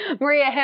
Maria